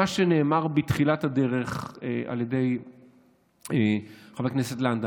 מה שנאמר בתחילת הדרך על ידי חברת הכנסת לנדה,